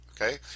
Okay